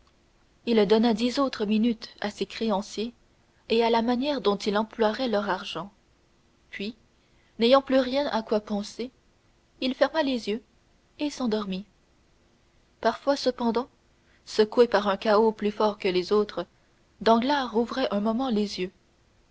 il donna dix autres minutes à ses créanciers et à la manière dont il emploierait leur argent puis n'ayant plus rien à quoi penser il ferma les yeux et s'endormit parfois cependant secoué par un cahot plus fort que les autres danglars rouvrait un moment les yeux